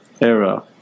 era